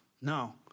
No